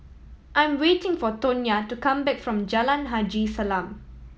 I am waiting for Tonya to come back from Jalan Haji Salam